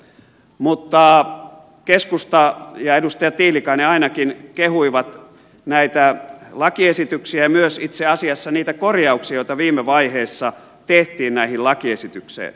mutta keskusta ja ainakin edustaja tiilikainen kehui näitä lakiesityksiä ja itse asiassa myös niitä korjauksia joita viime vaiheessa tehtiin näihin lakiesityksiin